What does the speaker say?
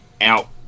out